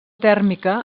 tèrmica